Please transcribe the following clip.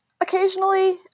Occasionally